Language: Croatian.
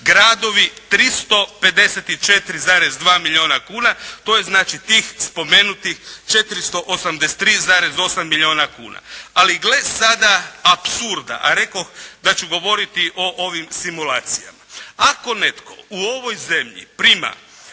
gradovi 354,2 milijuna kuna, to je znači tih spomenutih 483,8 milijuna kuna. Ali gle sada apsurda, a rekoh da ću govoriti o ovim simulacijama. Ako netko u ovoj zemlji prima